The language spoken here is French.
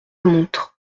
montre